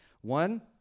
One